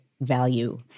value